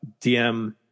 DM